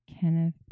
Kenneth